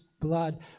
blood